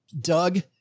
Doug